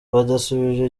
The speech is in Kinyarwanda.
badusubije